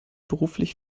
beruflich